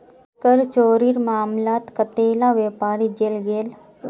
कर चोरीर मामलात कतेला व्यापारी जेल गेल